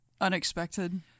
Unexpected